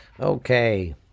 Okay